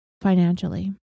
financially